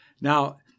Now